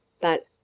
But